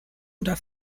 oder